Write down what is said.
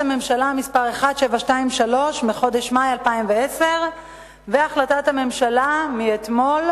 הממשלה מס' 1723 מחודש מאי 2010 והחלטת הממשלה מאתמול,